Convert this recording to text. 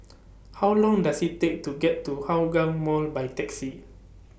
How Long Does IT Take to get to Hougang Mall By Taxi